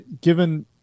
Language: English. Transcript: given